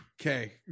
okay